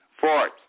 Fourth